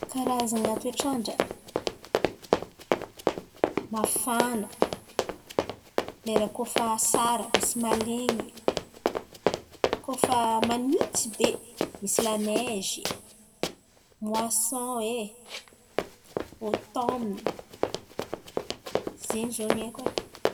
Karazan̈a toetr'andra? Mafan̈a, lera kôa fa asara misy mahalen̈y, kôa fa manintsy be misy laneizy, moason e, ôtômne, zen̈y ziô no haiko e.